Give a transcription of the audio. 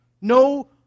No